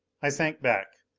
i sank back.